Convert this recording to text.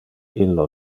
illo